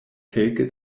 kelke